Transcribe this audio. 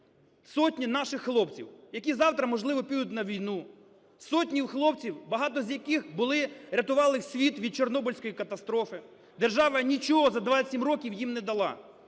сотні наших хлопців, які завтра можливо підуть на війну, сотні хлопців, багато з яких були, рятували світ від Чорнобильської катастрофи. Держава нічого за 27 років їм не дала.